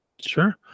Sure